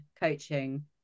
coaching